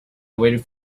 waited